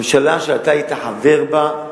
ממשלה שאתה היית חבר בה,